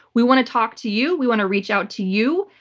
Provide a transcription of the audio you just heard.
we want to talk to you. we want to reach out to you,